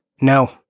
No